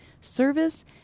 service